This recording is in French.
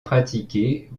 pratiqué